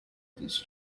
this